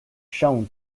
shown